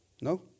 No